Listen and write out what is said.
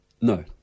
no